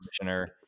commissioner